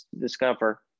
discover